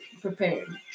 prepared